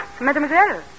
Mademoiselle